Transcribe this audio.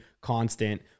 constant